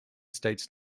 states